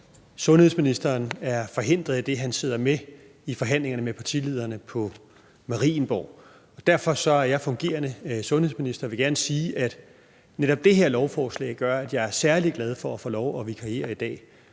sundhedsministeren er forhindret. idet han sidder med i forhandlingerne med partilederne på Marienborg. Derfor er jeg fungerende sundhedsminister og vil gerne sige, at netop det her lovforslag gør, at jeg er særlig glad for at få lov til at vikariere i dag,